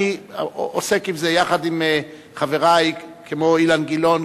אני עוסק בזה יחד עם חברי כמו אילן גילאון,